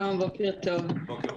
בוקר טוב.